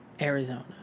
Arizona